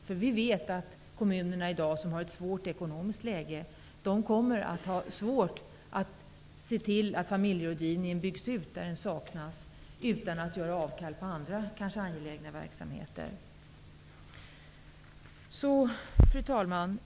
Vi vet nämligen att kommunerna, som i dag har ett svårt ekonomiskt läge, kommer att ha svårt att se till att familjerådgivningen byggs ut där den saknas utan att man därmed måste göra avkall på andra, kanske angelägna verksamheter. Fru talman!